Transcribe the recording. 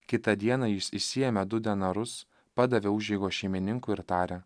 kitą dieną jis išsiėmė du denarus padavė užeigos šeimininkui ir tarė